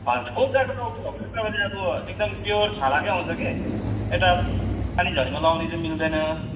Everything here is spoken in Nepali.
हजुर कोब्राको टाउको भएको चाहिँ तपाईँले अब एकदम प्योर छालाकै आउँछ कि यता पानीझरीमा लगाउन चाहिँ मिल्दैन